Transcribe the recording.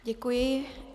Děkuji.